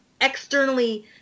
externally